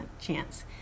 chance